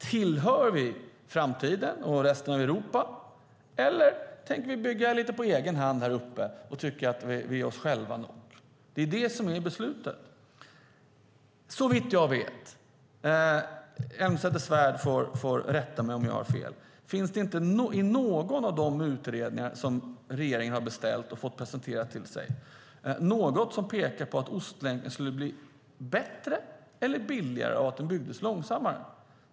Tillhör vi framtiden och resten av Europa, eller tänker vi bygga lite på egen hand här uppe och tycka att vi är oss själva nog? Det är det som beslutet handlar om. Såvitt jag vet - Elmsäter-Svärd får rätta mig om jag har fel - finns det inte i någon av de utredningar som regeringen har beställt och fått presenterade för sig något som pekar på att Ostlänken skulle bli bättre eller billigare av att byggas för lägre hastighet.